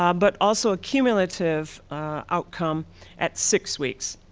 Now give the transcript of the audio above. um but also cumulative outcome at six weeks.